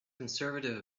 conservative